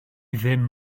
ddim